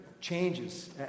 changes